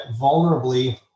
vulnerably